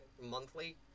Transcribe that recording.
monthly